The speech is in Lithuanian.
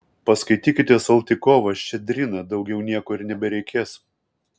paskaitykite saltykovą ščedriną daugiau nieko ir nebereikės